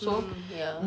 mm ya